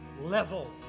level